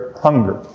Hunger